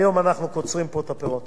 למען אזרחי מדינת ישראל.